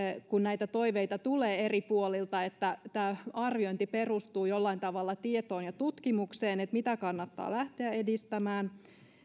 kun näitä toiveita tulee eri puolilta että tämä arviointi perustuu jollain tavalla tietoon ja tutkimukseen siitä mitä kannattaa lähteä edistämään